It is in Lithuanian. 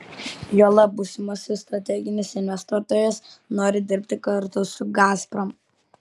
juolab būsimasis strateginis investuotojas nori dirbti kartu su gazprom